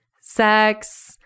sex